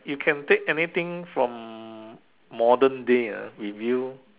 you can take anything from modern day ah with you